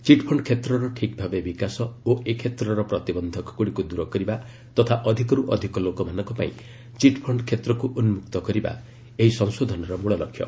chit fund କ୍ଷେତ୍ରର ଠିକ୍ ଭାବେ ବିକାଶ ଓ ଏ କ୍ଷେତ୍ରର ପ୍ରତିବନ୍ଧକଗୁଡ଼ିକୁ ଦୂର କରିବା ତଥା ଅଧିକରୁ ଅଧିକ ଲୋକମାନଙ୍କ ପାଇଁ ଚିଟ୍ଫଣ୍ଡ କ୍ଷେତ୍ରକୁ ଉନ୍କକ୍ତ କରିବା ଏହି ସଂଶୋଧନର ମୂଳ ଲକ୍ଷ୍ୟ